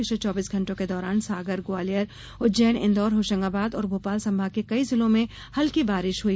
पिछले चौबीस घण्टों के दौरान सागर ग्वालियर उज्जैन इंदौर होशंगाबाद और भोपाल संभाग के कई जिलों में हल्की बारिश हुई